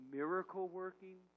miracle-working